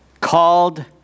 Called